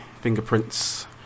Fingerprints